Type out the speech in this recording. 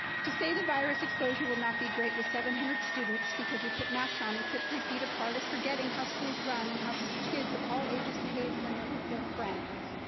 to say the virus exposure will not be great with seven hundred students because we put masks on and sit three feet apart is forgetting how schools run and how so kids of all ages behave when they're with their friends.